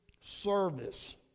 service